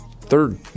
third